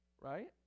right